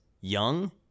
young